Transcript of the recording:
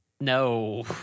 no